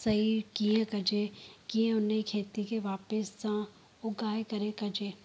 सही कीअं कजे कीअं उन खेती खे वापसि सां उॻाए करे कजे